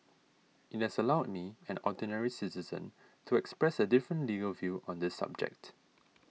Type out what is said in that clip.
it has allowed me an ordinary citizen to express a different legal view on this subject